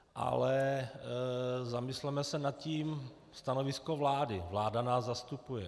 Ale zamysleme se nad tím: stanovisko vlády, vláda nás zastupuje.